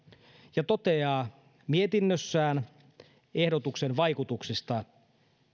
ja toteaa mietinnössään ehdotuksen vaikutuksista